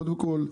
קודם כל,